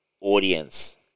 audience